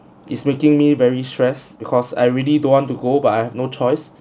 it's making me very stress because I really don't want to go but I have no choice